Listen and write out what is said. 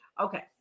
Okay